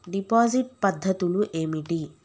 Deposit పద్ధతులు ఏమిటి?